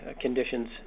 conditions